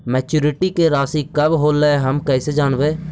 Maturity के रासि कब होलै हम कैसे जानबै?